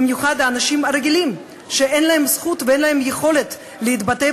במיוחד האנשים הרגילים שאין להם זכות ואין להם יכולת להתבטא